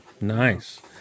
Nice